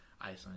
Iceland